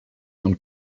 own